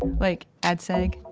like ad seg?